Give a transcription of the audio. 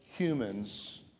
Humans